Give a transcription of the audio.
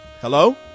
Hello